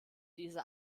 diese